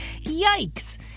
Yikes